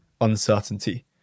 uncertainty